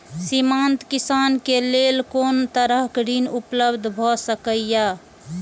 सीमांत किसान के लेल कोन तरहक ऋण उपलब्ध भ सकेया?